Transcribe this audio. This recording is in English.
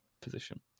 position